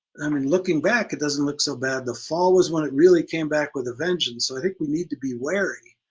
i mean looking back it doesn't look so bad. the fall was when it really came back with a vengeance, so i think we need to be wary,